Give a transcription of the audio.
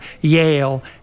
Yale